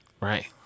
Right